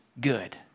good